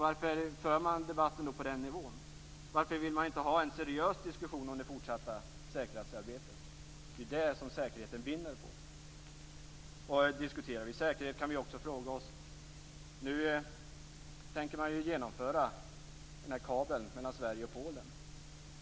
Varför för man debatten på den nivån? Varför vill man inte ha en seriös diskussion om det fortsatta säkerhetsarbetet? Det är det som säkerheten vinner på. Diskuterar vi säkerhet kan vi också fråga oss andra saker. Nu tänker man genomföra kabeln mellan Sverige och Polen.